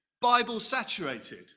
Bible-saturated